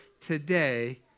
today